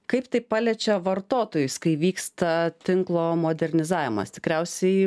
kaip tai paliečia vartotojus kai vyksta tinklo modernizavimas tikriausiai